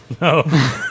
No